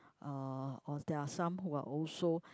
uh or there are some who are also